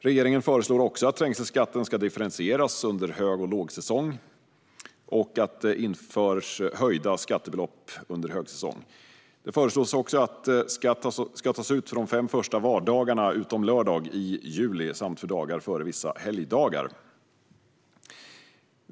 Regeringen föreslår också att trängselskatten ska differentieras under hög och lågsäsong och att det ska införas höjda skattebelopp under högsäsong. Det föreslås även att skatt ska tas ut under de fem första vardagarna, utom lördagar, i juli samt under dagar före vissa helgdagar.